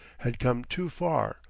had come too far,